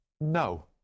no